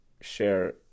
share